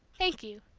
thank you.